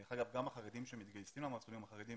דרך אגב, גם לחרדים שמתגייסים למסלולים החרדיים